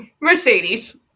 Mercedes